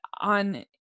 on